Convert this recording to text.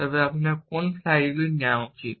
তবে আপনার কোন ফ্লাইটগুলি নেওয়া উচিত